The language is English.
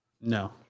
no